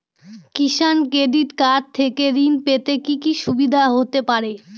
কিষান credit card থাকলে ঋণ পেতে কি কি সুবিধা হতে পারে?